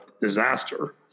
disaster